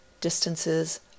distances